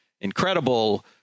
incredible